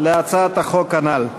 להצעת החוק הנ"ל.